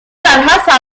حسن